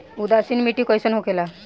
उदासीन मिट्टी कईसन होखेला?